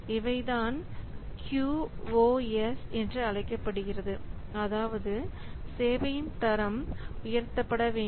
இவைதான் க்யூஓஎஸ் என்று அழைக்கப்படுகிறது அதாவது சேவையின் தரம் உயர்த்தப்பட வேண்டும்